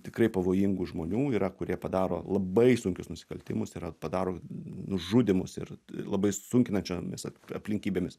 tikrai pavojingų žmonių yra kurie padaro labai sunkius nusikaltimus yra padaro nužudymus ir labai sunkinančiomis aplinkybėmis